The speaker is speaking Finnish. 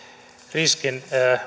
riskin